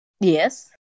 Yes